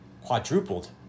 quadrupled